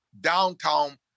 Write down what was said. Downtown